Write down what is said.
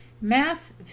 Math